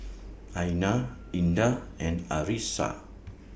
Aina Indah and Arissa